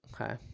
Okay